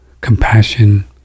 compassion